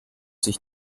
sich